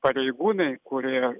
pareigūnai kurie